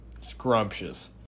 scrumptious